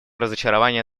разочарования